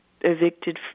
evicted